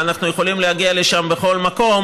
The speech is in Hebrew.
ואנחנו יכולים להגיע לשם בכל יום,